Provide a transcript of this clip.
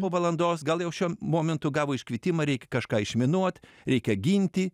po valandos gal jau šiuo momentu gavo iškvietimą reik kažką išminuot reikia ginti